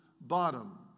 bottom